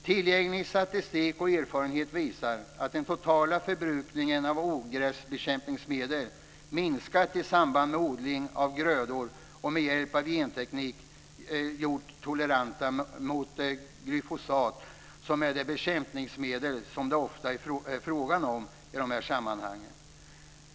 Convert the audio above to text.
Tillgänglig statistik och erfarenhet visar att den totala förbrukningen av ogräsbekämpningsmedel minskat i samband med odling av grödor som med hjälp av genteknik gjorts toleranta mot glyfosat, som är det bekämpningsmedel som det oftast är fråga om i dessa sammanhang.